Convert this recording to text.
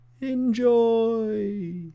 Enjoy